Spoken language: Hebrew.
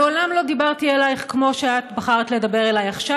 מעולם לא דיברתי אלייך כמו שאת בחרת לדבר אליי עכשיו.